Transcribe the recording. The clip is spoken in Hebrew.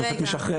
השופט משחרר.